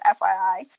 FYI